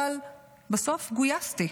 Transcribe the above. אבל בסוף גויסתי.